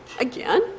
Again